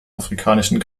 afrikanischen